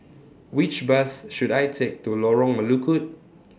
Which Bus should I Take to Lorong Melukut